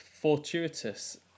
fortuitous